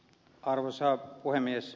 arvoisa puhemies